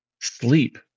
sleep